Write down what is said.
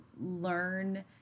learn